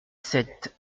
sept